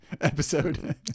episode